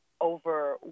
over